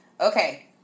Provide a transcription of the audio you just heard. Okay